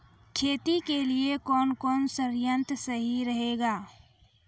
खेती के लिए कौन कौन संयंत्र सही रहेगा?